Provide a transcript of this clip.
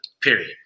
Period